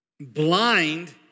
blind